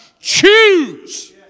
Choose